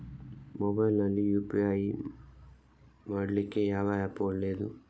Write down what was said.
Mobile ನಲ್ಲಿ UPI ಮಾಡ್ಲಿಕ್ಕೆ ಯಾವ ಆ್ಯಪ್ ಒಳ್ಳೇದು?